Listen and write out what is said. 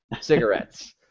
cigarettes